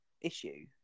issue